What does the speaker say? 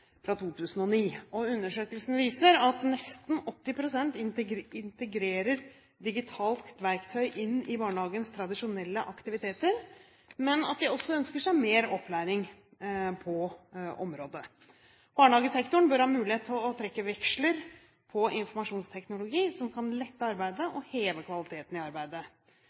fra 2009. Undersøkelsen viser at nesten 80 pst. integrerer digitalt verktøy i barnehagens tradisjonelle aktiviteter, men at de også ønsker seg mer opplæring på området. Barnehagesektoren bør ha mulighet til å trekke veksler på informasjonsteknologi som kan lette arbeidet og heve kvaliteten i arbeidet.